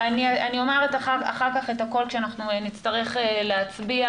אני אומר אחר כך את הכול כשאנחנו נצטרך להצביע,